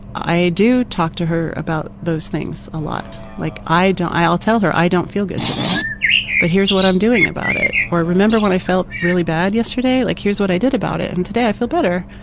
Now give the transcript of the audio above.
i do talk to her about those things a lot. like i don't, i'll tell her i don't feel good today but here is what i'm doing about it or remember when i felt really bad yesterday? like, here is what i did about it and today i feel better.